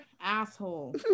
asshole